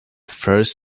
first